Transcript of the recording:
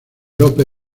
lope